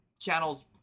channels